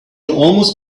almost